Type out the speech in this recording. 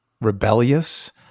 rebellious